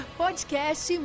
podcast